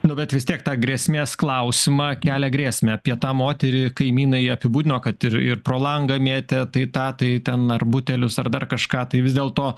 nu bet vis tiek tą grėsmės klausimą kelia grėsmę apie tą moterį kaimynai apibūdino kad ir ir pro langą mėtė tai tą tai ten ar butelius ar dar kažką tai vis dėlto